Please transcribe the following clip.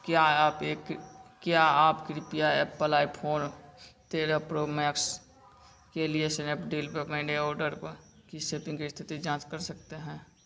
क्या आप एक क्या आप कृपया एप्पल आईफोन तेरह प्रो मैक्स के लिए स्नैपडील पर मेरे ऑर्डर की शिपिंग की स्थिति जाँच कर सकते हैं